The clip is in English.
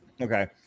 Okay